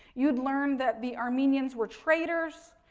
you'd learn that the armenians were traders.